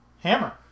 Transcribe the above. Hammer